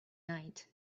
night